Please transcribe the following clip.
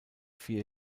vier